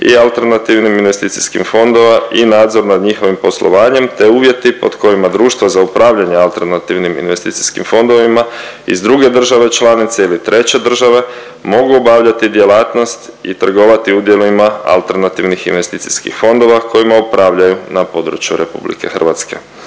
i alternativnim investicijskih fondova i nadzor nad njihovim poslovanjem te uvjeti pod kojima društvo za upravljanje alternativnim investicijskim fondovima iz druge države članice ili treće države mogu obavljati djelatnost i trgovati udjelima alternativnih investicijskih fondova kojima upravljaju na području RH. Alternativni